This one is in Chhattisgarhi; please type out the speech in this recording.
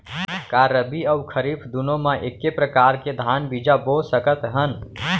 का रबि अऊ खरीफ दूनो मा एक्के प्रकार के धान बीजा बो सकत हन?